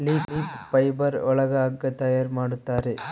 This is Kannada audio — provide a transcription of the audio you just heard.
ಲೀಫ್ ಫೈಬರ್ ಒಳಗ ಹಗ್ಗ ತಯಾರ್ ಮಾಡುತ್ತಾರೆ